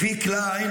לפי קליין,